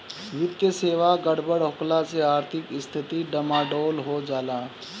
वित्तीय सेवा गड़बड़ होखला से आर्थिक स्थिती डमाडोल हो जाला